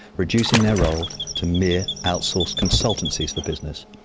reducing their role to mere outsourced consultancies for business,